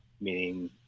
meaning